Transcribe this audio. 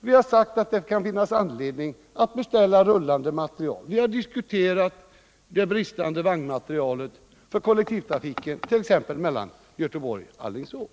Vi har sagt att det kan finnas anledning att beställa rullande materiel, och vi har diskuterat bristerna när det gäller vagnmaterielen t.ex. för trafiken mellan Göteborg och Alingsås.